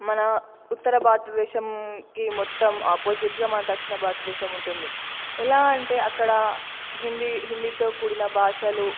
మన ఉత్తర భారతదేశంకి మొత్తం ఆపోజిట్గా మన తక్షణ భారతదేశం ఉంటుంది ఎలా అంటే అక్కడ హిందీ హిందీతో కూడిన భాషలు